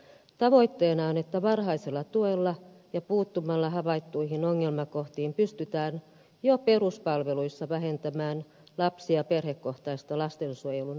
tavoitteena on että varhaisella tuella ja puuttumalla havaittuihin ongelmakohtiin pystytään jo peruspalveluissa vähentämään lapsi ja perhekohtaista lastensuojelun tarvetta